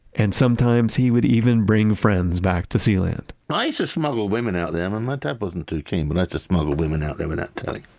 and sometimes he would even bring friends back to sealand i used to smuggle women out there um and my dad wasn't too keen, but i just smuggled women out there without telling.